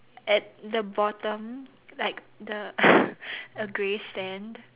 at the bottom like the a grey stand